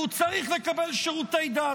והוא צריך לקבל שירותי דת.